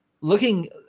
Looking